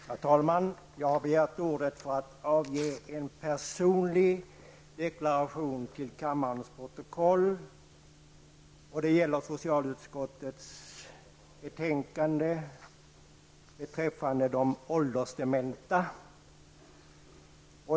Herr talman! Jag har begärt ordet för att avge en personlig deklaration till kammarens protokoll.